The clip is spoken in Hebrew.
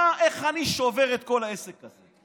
איך אני שובר את כל העסק הזה?